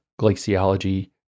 Glaciology